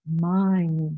mind